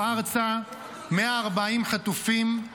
מפרוץ המלחמה הושבו ארצה 140 חטופים,